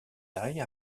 taille